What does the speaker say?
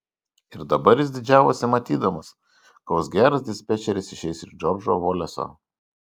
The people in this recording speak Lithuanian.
ir dabar jis didžiavosi matydamas koks geras dispečeris išeis iš džordžo voleso